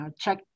check